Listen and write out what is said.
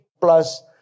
Plus